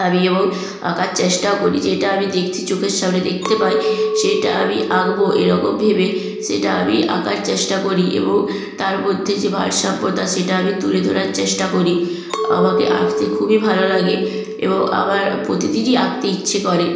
আমি এবং আঁকার চেষ্টাও করি যেটা আমি দেখছি চোখের সামনে দেখতে পাই সেটা আমি আঁকবো এরকম ভেবে সেটা আমি আঁকার চেষ্টা করি এবং তার মধ্যে যে ভারসাম্যতা সেটা আমি তুলে ধরার চেষ্টা করি আমাকে আঁকতে খুবই ভালো লাগে এবং আমার প্রতিদিনই আঁকতে ইচ্ছে করে